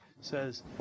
says